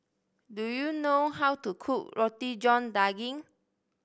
do you know how to cook Roti John Daging